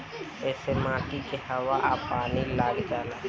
ऐसे माटी के हवा आ पानी लाग जाला